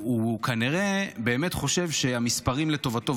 הוא כנראה באמת חושב שהמספרים לטובתו,